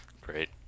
Great